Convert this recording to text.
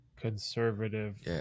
conservative